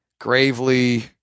Gravely